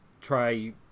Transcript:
try